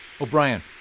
O'Brien